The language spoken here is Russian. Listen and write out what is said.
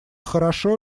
хорошо